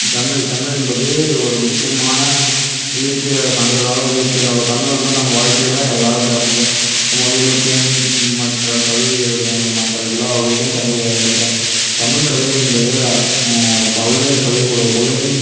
தமிழ் தமிழ் என்பது ஒரு முக்கியமான இலக்கிய சங்ககால இலக்கிய நூல் தமிழ் வந்து நம்ம வாழ்க்கையில் எல்லாருக்கும் தேவைப்படுது நம்ம வந்து இலக்கியம் மற்ற கவிதை எழுதும் மற்ற எல்லா வகைக்கும் தமிழ் பயன்படுத்துறோம் தமிழ் கவிதை என்பது பல்வேறு கவிதைகளுடைய உலகில்